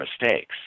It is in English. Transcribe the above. mistakes